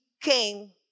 came